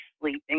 sleeping